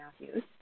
Matthews